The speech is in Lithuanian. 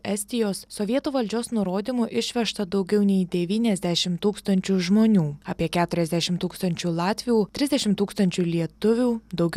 estijos sovietų valdžios nurodymu išvežta daugiau nei devyniasdešimt tūkstančių žmonių apie keturiasdešimt tūkstančių latvių trisdešimt tūkstančių lietuvių daugiau